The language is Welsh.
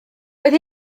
roedd